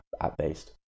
app-based